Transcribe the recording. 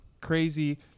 crazy